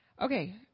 Okay